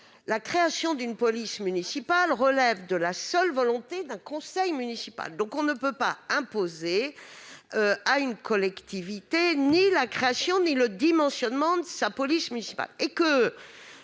la création d'une police municipale relevant de la seule volonté d'un conseil municipal. On ne peut donc imposer à une collectivité ni la création ni le dimensionnement de sa police municipale.